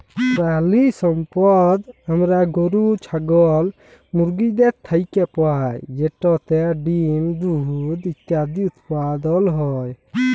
পেরালিসম্পদ আমরা গরু, ছাগল, মুরগিদের থ্যাইকে পাই যেটতে ডিম, দুহুদ ইত্যাদি উৎপাদল হ্যয়